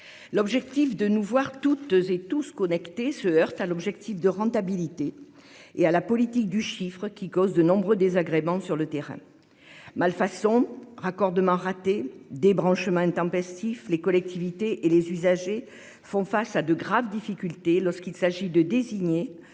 L'objectif de nous voir toutes et tous connectés se heurte à celui de la rentabilité et à la politique du chiffre, qui provoque de nombreux désagréments sur le terrain. Malfaçons, raccordements ratés, débranchements intempestifs : les collectivités et les usagers font face à de lourdes difficultés lorsqu'il s'agit de désigner